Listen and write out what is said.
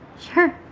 sure.